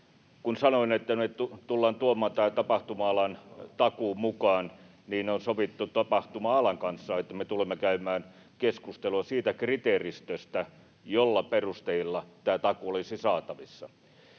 Kun sanoin, että tullaan tuomaan tämä tapahtuma-alan takuu mukaan, niin on sovittu tapahtuma-alan kanssa, että me tulemme käymään keskustelua siitä kriteeristöstä, millä perusteella tämä takuu olisi saatavissa.